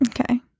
Okay